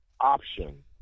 option